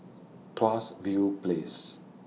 Tuas View Place